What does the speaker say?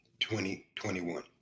2021